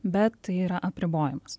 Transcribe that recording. bet tai yra apribojimas